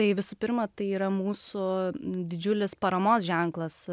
tai visų pirma tai yra mūsų didžiulis paramos ženklas